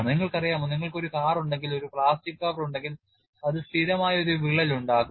നിങ്ങൾക്കറിയാമോ നിങ്ങൾക്ക് ഒരു കാറുണ്ടെങ്കിൽഒരു പ്ലാസ്റ്റിക് കവർ ഉണ്ടെങ്കിൽ അത് സ്ഥിരമായി ഒരു വിള്ളൽ ഉണ്ടാക്കും